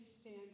stand